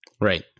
Right